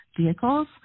vehicles